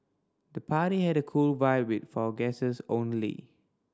the party had a cool vibe with for guests only